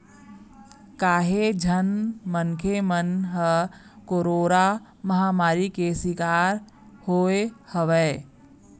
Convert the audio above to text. काहेच झन मनखे मन ह कोरोरा महामारी के सिकार होय हवय